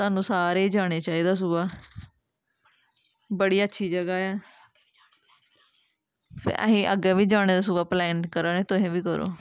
थुआनूं सारें गी जाना चाहिदा सगुआं बड़ी अच्छी जगह् ऐ फ्ही असीं अग्गें बी जाना दा सगों प्लैन करा ने तुसें बी करो